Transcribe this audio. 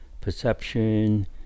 perception